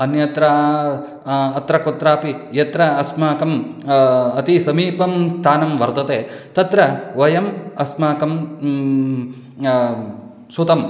अन्यत्र अत्र कुत्रापि यत्र अस्माकम् अतिसमीपं स्थानं वर्तते तत्र वयम् अस्माकं सुतम्